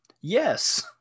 Yes